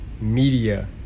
media